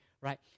right